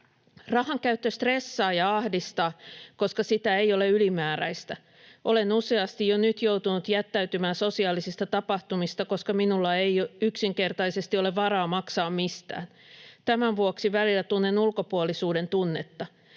Rahankäyttö stressaa ja ahdistaa, koska sitä ei ole ylimääräistä. Olen useasti jo nyt joutunut jättäytymään sosiaalisista tapahtumista, koska minulla ei yksinkertaisesti ole varaa maksaa mistään. Tämän vuoksi välillä tunnen ulkopuolisuuden tunnetta.